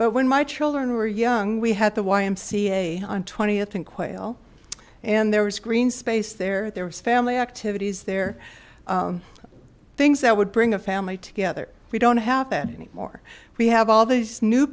but when my children were young we had the ymca on th and quayle and there was green space there there was family activities there things that would bring a family together we don't have that anymore we have all these new